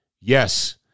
yes